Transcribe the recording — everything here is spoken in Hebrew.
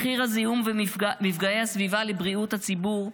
מחיר הזיהום ומפגעי הסביבה לבריאות הציבור,